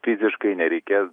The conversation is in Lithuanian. fiziškai nereikės